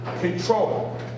control